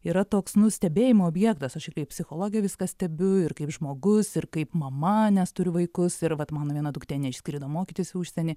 yra toks nu stebėjimo objektas aš ir kaip psichologė viską stebiu ir kaip žmogus ir kaip mama nes turiu vaikus ir vat mano viena duktė neišskrido mokytis į užsienį